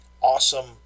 awesome